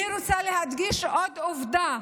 אני רוצה להדגיש עוד עובדה: